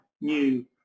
new